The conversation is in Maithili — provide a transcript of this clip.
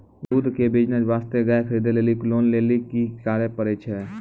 दूध के बिज़नेस वास्ते गाय खरीदे लेली लोन लेली की करे पड़ै छै?